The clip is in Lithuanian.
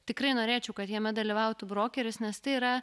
tikrai norėčiau kad jame dalyvautų brokeris nes tai yra